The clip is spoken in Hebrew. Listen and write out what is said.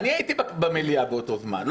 אני הייתי במליאה באותו זמן,